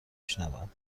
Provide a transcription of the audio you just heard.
شنوم